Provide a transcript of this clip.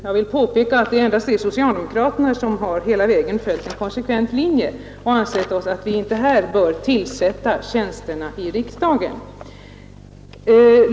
Jag vill påpeka att det endast är socialdemokraterna som hela vägen följt en konsekvent linje.